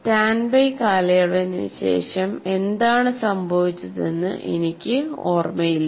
standby കാലയളവിനുശേഷം എന്താണ് സംഭവിച്ചതെന്ന് എനിക്ക് ഓർമ്മയില്ല